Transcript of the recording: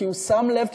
כי הוא שם לב,